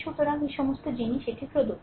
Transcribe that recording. সুতরাং এই সমস্ত জিনিস একটি প্রদত্ত